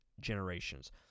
generations